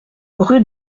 rue